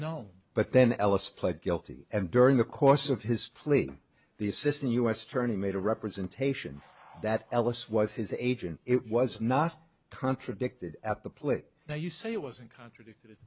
no but then ellis pled guilty and during the course of history the assistant u s attorney made a representation that ellis was his agent it was not contradicted at the play now you say it wasn't contradicted